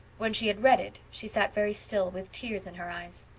when she had read it she sat very still, with tears in her eyes.